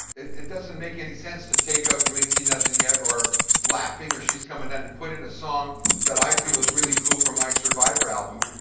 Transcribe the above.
it doesn't make any sense to take out you ain't seen nothing yet or laughing or she is coming out, and put in a song that i feel is really cool for my survivor album.